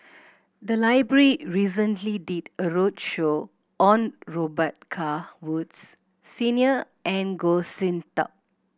the library recently did a roadshow on Robet Carr Woods Senior and Goh Sin Tub